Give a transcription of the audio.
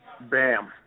Bam